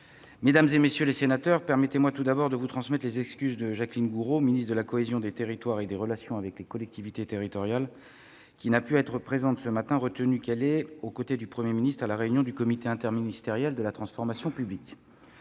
mesdames, messieurs les sénateurs, permettez-moi, tout d'abord, de vous transmettre les excuses de Mme Jacqueline Gourault, ministre de la cohésion des territoires et des relations avec les collectivités territoriales, qui n'a pu être présente ce matin, car retenue aux côtés du Premier ministre à la réunion du comité interministériel de la transformation publique.